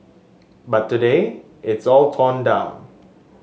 but today it's all torn down